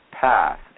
path